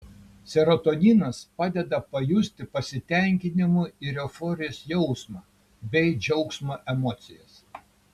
serotoninas padeda pajusti pasitenkinimo ir euforijos jausmą bei džiaugsmo emocijas